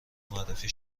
معرفی